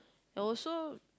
also